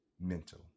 mental